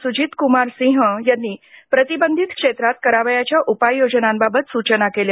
स्जितक्मार सिंह यांनी प्रतिबंधित क्षेत्रात करावयाच्या उपाययोजनांबाबत सूचना केल्या